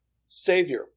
Savior